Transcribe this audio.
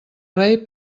rei